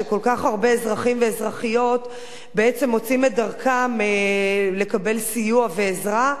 שכל כך הרבה אזרחים ואזרחיות בעצם מוצאים את דרכם לקבל סיוע ועזרה,